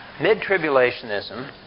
Mid-tribulationism